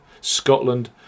Scotland